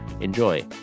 Enjoy